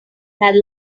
had